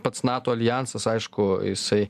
pats nato aljansas aišku jisai